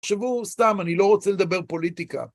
תחשבו סתם, אני לא רוצה לדבר פוליטיקה.